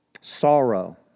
sorrow